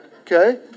Okay